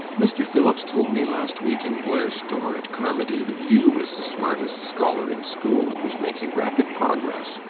mr. phillips told me last week in blair's store at carmody that you was the smartest scholar in school and was making rapid progress.